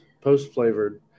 post-flavored